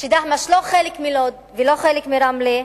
שהיא לא חלק מלוד ולא חלק מרמלה,